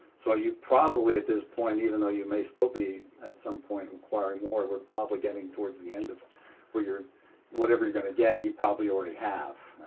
so ah you probably at this point, even though you may still be at some point acquiring more, we're probably getting towards the end of where whatever you're going to get you probably already have.